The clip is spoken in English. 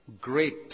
great